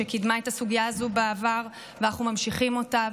שקידמה את הסוגיה הזו בעבר ואנחנו ממשיכים אותה,